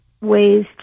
ways